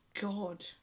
God